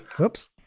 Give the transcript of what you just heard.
Oops